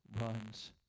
runs